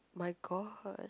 my god